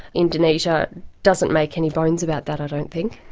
indonesia doesn't make any bones about that i don't think.